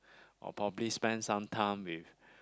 or probably spend some time with